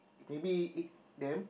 maybe eat them